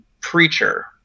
preacher